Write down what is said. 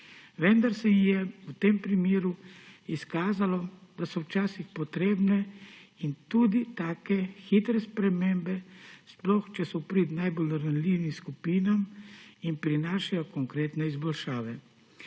vendar se je v tem primeru izkazalo, da so včasih potrebne tudi take hitre spremembe, sploh če so v prid najbolj ranljivim skupinam in prinašajo konkretne izboljšave.